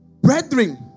Brethren